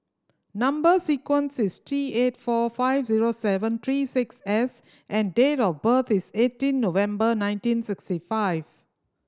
number sequence is T eight four five zero seven three six S and date of birth is eighteen November nineteen sixty five